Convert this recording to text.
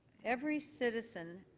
every citizen